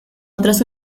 otras